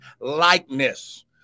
likeness